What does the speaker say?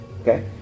Okay